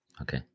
Okay